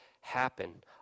happen